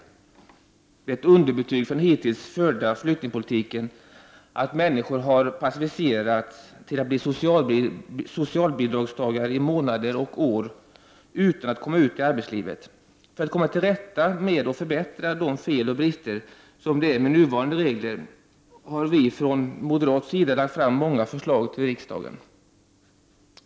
Det är ett underbetyg för den hittills förda flyktingpolitiken att människor har passiviserats till att bli socialbidragstagare i månader och år utan att komma ut i arbetslivet. För att komma till rätta med och förbättra de fel och brister som finns i nuvarande regler, har vi moderater lagt fram många förslag till riksdagen.